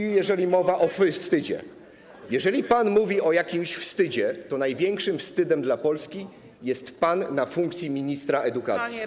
I jeżeli mowa o wstydzie: jeżeli pan mówi o jakimś wstydzie, to największym wstydem dla Polski jest pan w funkcji ministra edukacji.